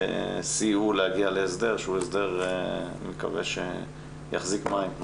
סייעו להגיע להסדר שאני מקווה שיחזיק מים.